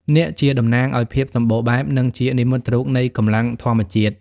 នាគជាតំណាងឱ្យភាពសម្បូរបែប និងជានិមិត្តរូបនៃកម្លាំងធម្មជាតិ។